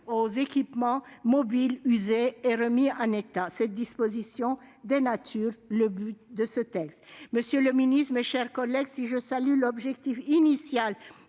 aux équipements mobiles usés et remis en état. Cette disposition dénature le texte sur ce point précis. Monsieur le secrétaire d'État, mes chers collègues, si je salue l'objectif initial